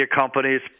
companies